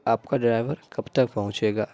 آپ کا ڈرائیور کب تک پہنچے گا